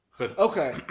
Okay